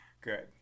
Good